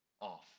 off